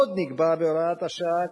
עוד נקבע בהוראת השעה,